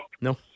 No